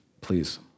please